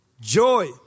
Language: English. joy